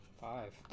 five